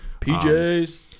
PJs